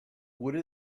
would